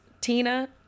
Tina